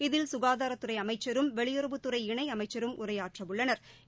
இதில் சுகாதாரத்துறை அமைச்சரும் வெளியுறவுத்துறை இணை அமைச்சரும் உரையாற்றவுள்ளனா்